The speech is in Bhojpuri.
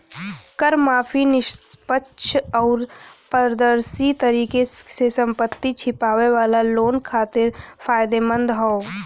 कर माफी निष्पक्ष आउर पारदर्शी तरीके से संपत्ति छिपावे वाला लोगन खातिर फायदेमंद हौ